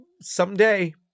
someday